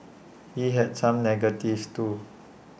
he had some negatives too